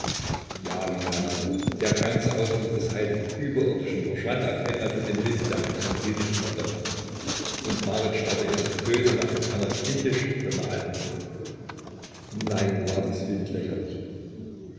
ja wie kam es nur der ganze ausdruck des heiligen überirdischen verschwand auf einmal von dem bilde der byzantinischen madonna und marit starrte in das blöde lachen einer kindisch bemalten puppe nein war das bild lächerlich